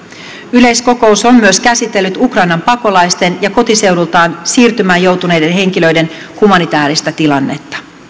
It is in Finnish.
yleiskokous on myös käsitellyt ukrainan pakolaisten ja kotiseudultaan siirtymään joutuneiden henkilöiden humanitääristä tilannetta